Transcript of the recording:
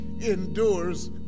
endures